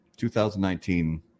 2019